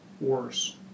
worse